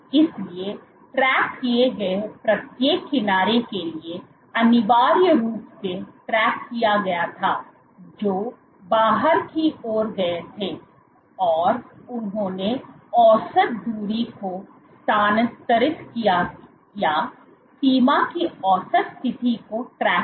इसलिए ट्रैक किए गए प्रत्येक किनारे के लिए अनिवार्य रूप से ट्रैक किया गया था जो बाहर की ओर गए थे और उन्होंने औसत दूरी को स्थानांतरित किया या सीमा की औसत स्थिति को ट्रैक किया